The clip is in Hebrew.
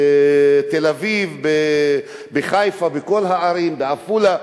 בתל-אביב, בחיפה, בכל הערים, בעפולה.